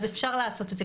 אז אפשר לעשות את זה.